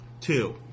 Two